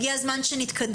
הגיע הזמן שנתקדם.